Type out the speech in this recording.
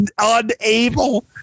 unable